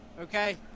Okay